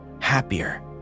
happier